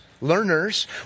learners